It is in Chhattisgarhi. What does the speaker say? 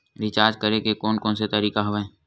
रिचार्ज करे के कोन कोन से तरीका हवय?